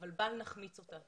אבל בל נחמיץ אותה.